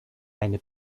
eine